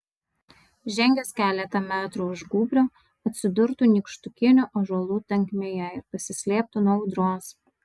žengęs keletą metrų už gūbrio atsidurtų nykštukinių ąžuolų tankmėje ir pasislėptų nuo audros